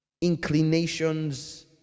inclinations